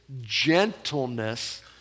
gentleness